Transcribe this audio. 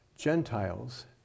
Gentiles